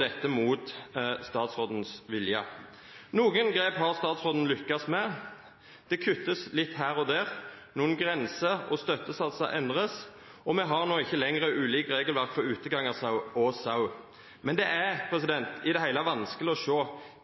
dette mot statsrådens vilje. Noen grep har statsråden lyktes med: Det kuttes litt her og der. Noen grenser og støttesatser endres, og vi har ikke lenger ulikt regelverk for utegangarsau og vinterfôra sau. Men det er i det hele tatt vanskelig å se